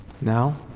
Now